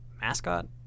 mascot